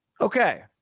okay